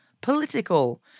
political